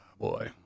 Boy